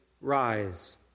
rise